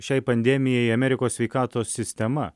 šiai pandemijai amerikos sveikatos sistema